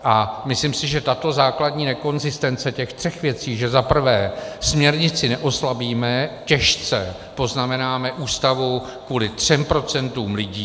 A myslím si, že tato základní nekonzistence těch třech věcí, že za prvé směrnici neoslabíme, těžce poznamenáme Ústavu kvůli třem procentům lidí